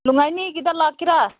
ꯂꯨꯏ ꯉꯥꯏꯅꯤꯒꯤꯗ ꯂꯥꯛꯀꯦꯔꯥ